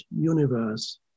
universe